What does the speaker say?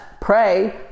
pray